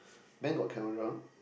Ben got camera